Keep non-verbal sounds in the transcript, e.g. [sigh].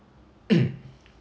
[noise]